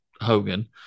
Hogan